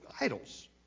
idols